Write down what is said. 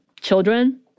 children